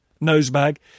nosebag